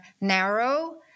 narrow